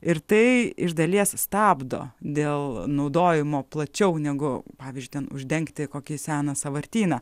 ir tai iš dalies stabdo dėl naudojimo plačiau negu pavyzdžiui ten uždengti kokį seną sąvartyną